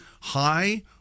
high